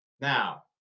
Now